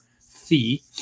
fee